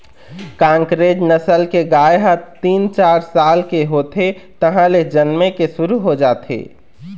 कांकरेज नसल के गाय ह तीन, चार साल के होथे तहाँले जनमे के शुरू हो जाथे